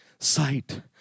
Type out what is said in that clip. Sight